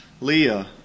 Leah